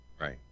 Right